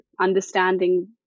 understanding